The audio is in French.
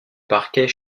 parquet